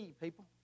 people